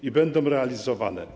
One będą realizowane.